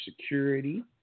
Security